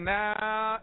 now